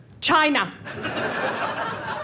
China